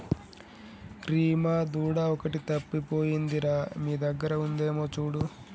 రీమా దూడ ఒకటి తప్పిపోయింది రా మీ దగ్గర ఉందేమో చూడు